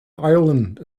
ireland